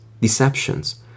deceptions